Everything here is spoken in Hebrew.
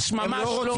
הם לא רוצחים.